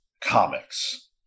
comics